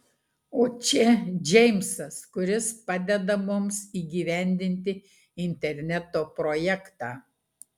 o čia džeimsas kuris padeda mums įgyvendinti interneto projektą